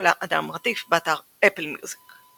ניקולא אדם רטיף, באתר אפל מיוזיק ==